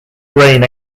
grain